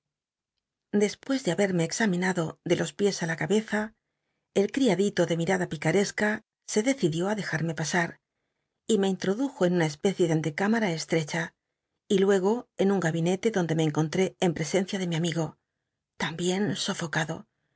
despues de haberme examinado de los piés i la cabeza el cl'iadito de mirada picaresca se decidió i dejarme pasar y me introdujo en una especie de antee imara estrecba y luego en un gabinete donde me enconlré en presencia de mi amigo lambicn sofocado